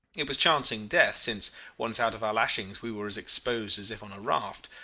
it was chancing death, since once out of our lashings we were as exposed as if on a raft.